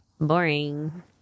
Boring